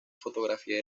fotografía